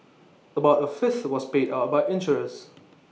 about A fifth was paid out by insurers